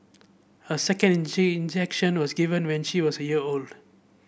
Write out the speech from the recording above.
a second injection was given when she was a year old